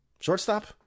Shortstop